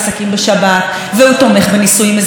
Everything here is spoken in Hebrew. ותומך בזכויות להט"ב,